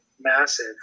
massive